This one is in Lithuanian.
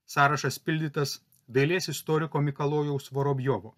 sąrašas pildytas dailės istoriko mikalojaus vorobjovo